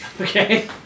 Okay